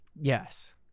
Yes